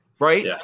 right